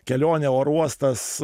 kelionė oro uostas